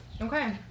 Okay